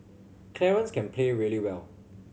Clarence can play really well